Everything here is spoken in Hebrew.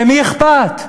למי אכפת?